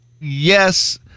yes